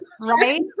Right